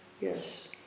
yes